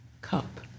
cup